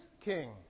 king